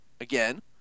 again